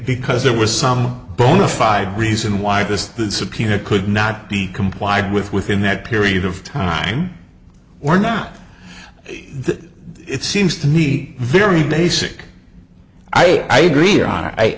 because there was some bona fide reason why this the subpoena could not be complied with within that period of time or not that it seems to me very basic i agree